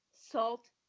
salt